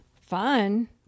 Fun